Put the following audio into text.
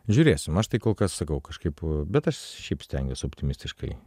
žiūrėsim aš tai kol kas sakau kažkaip bet aš šiaip stengiuos optimistiškai